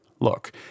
look